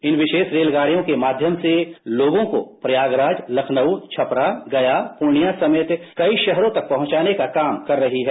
इन विशेष रेलगाड़ियों के माध्यम से लोगों को प्रयागराज लखनऊ छपरा गया पूर्णिया समेत कई शहरों तक पहुंचाने का काम कर रही है